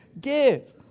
give